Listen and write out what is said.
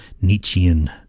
Nietzschean